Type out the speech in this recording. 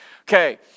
Okay